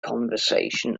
conversation